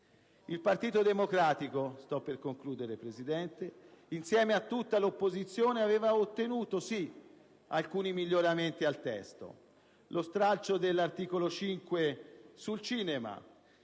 Presidente - insieme a tutta l'opposizione aveva ottenuto alcuni miglioramenti al testo: lo stralcio dell'articolo 5 sul cinema,